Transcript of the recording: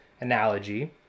analogy